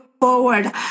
forward